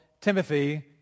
Timothy